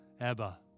Abba